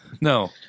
No